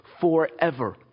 forever